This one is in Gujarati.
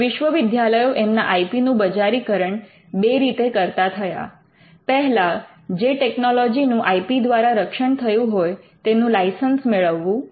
હવે વિશ્વવિદ્યાલયો એમના આઈ પી નું બજારીકરણ બે રીતે કરતા થયા પહેલા જે ટેકનોલોજી નું આઈ પી દ્વારા રક્ષણ થયું હોય તેનું લાઇસન્સ મેળવવું